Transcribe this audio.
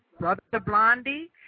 BrotherBlondie